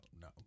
no